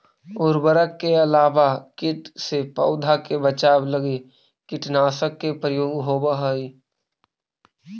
उर्वरक के अलावा कीट से पौधा के बचाव लगी कीटनाशक के प्रयोग होवऽ हई